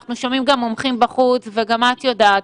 אנחנו מייצגים עסקים קטנים וזעירים,